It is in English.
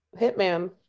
Hitman